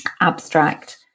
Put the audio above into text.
abstract